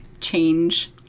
change